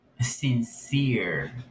sincere